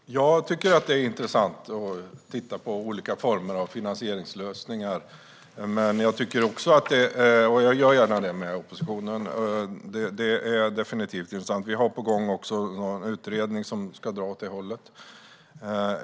Herr talman! Jag tycker att det är intressant att titta på olika former av finansieringslösningar, och jag gör gärna det med oppositionen. Det är definitivt intressant. Vi har också en utredning på gång som ska dra åt det hållet.